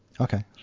Okay